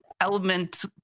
element